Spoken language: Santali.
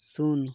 ᱥᱩᱱ